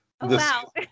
wow